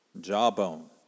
jawbone